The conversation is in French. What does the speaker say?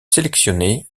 sélectionné